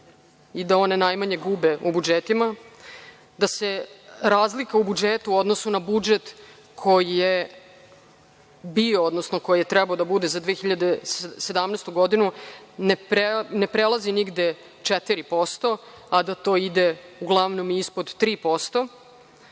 i da na one najmanje gube u budžetima, da se razlika u budžetu u odnosu na budžet koji je bio, odnosno koji je trebao da bude za 2017. godinu ne prelazi nigde 4%, a da to ide uglavnom ispod 3%,